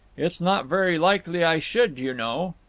it's not very likely i should, you know.